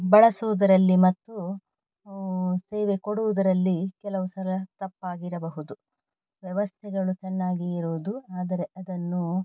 ಬಳಸುವುದರಲ್ಲಿ ಮತ್ತು ಸೇವೆ ಕೊಡುವುದರಲ್ಲಿ ಕೆಲವು ಸಲ ತಪ್ಪಾಗಿರಬಹುದು ವ್ಯವಸ್ಥೆಗಳು ಚೆನ್ನಾಗಿ ಇರುವುದು ಆದರೆ ಅದನ್ನು